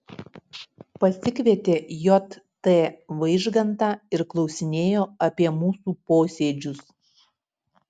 pasikvietė j t vaižgantą ir klausinėjo apie mūsų posėdžius